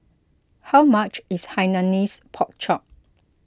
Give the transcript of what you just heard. how much is Hainanese Pork Chop